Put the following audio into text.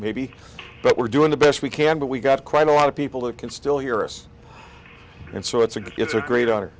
maybe but we're doing the best we can but we've got quite a lot of people that can still hear us and so it's a gets a great honor